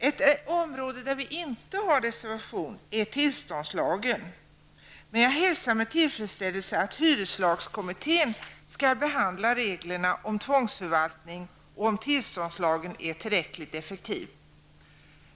Ett område där vi inte har avgivit reservation är tillståndslagen, men jag hälsar med tillfredsställelse att hyreslagskommittén skall behandla reglerna om tvångsförvaltning och om tillståndslagen är tillräckligt effektiv.